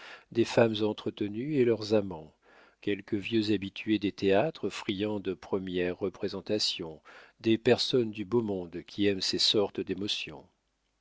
des femmes entretenues et leurs amants quelques vieux habitués des théâtres friands de premières représentations des personnes du beau monde qui aiment ces sortes d'émotions